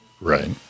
Right